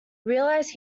realized